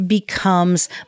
becomes